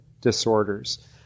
disorders